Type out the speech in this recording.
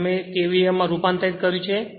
તેથી અમે તેને KVA માં રૂપાંતરિત કર્યું છે